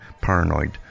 paranoid